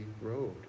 road